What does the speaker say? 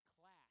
class